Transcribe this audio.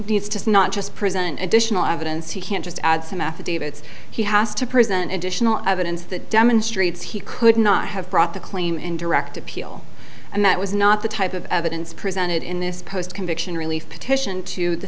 needs to not just present additional evidence he can't just add some affidavits he has to present additional evidence that demonstrates he could not have brought the claim in direct appeal and that was not the type of evidence presented in this post conviction relief petition to the